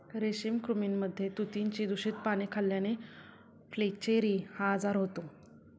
रेशमी कृमींमध्ये तुतीची दूषित पाने खाल्ल्याने फ्लेचेरी हा आजार होतो